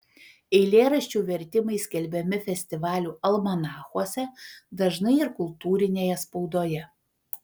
eilėraščių vertimai skelbiami festivalių almanachuose dažnai ir kultūrinėje spaudoje